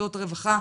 מוסדות רווחה,